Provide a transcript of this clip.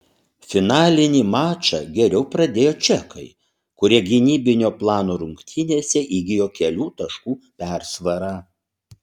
finalinį mačą geriau pradėjo čekai kurie gynybinio plano rungtynėse įgijo kelių taškų persvarą